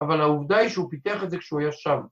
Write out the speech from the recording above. ‫אבל העובדה היא שהוא פיתח את זה ‫כשהוא היה שם.